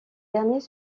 derniers